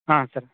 ಹಾಂ ಸರ್